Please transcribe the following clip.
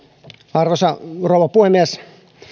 arvoisa rouva puhemies